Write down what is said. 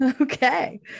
Okay